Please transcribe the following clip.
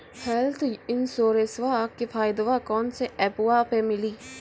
Health इंश्योरेंसबा के फायदावा कौन से ऐपवा पे मिली?